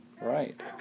Right